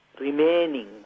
remaining